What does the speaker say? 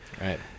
Right